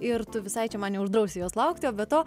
ir tu visai čia man neuždrausi jos laukti o be to